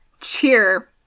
cheer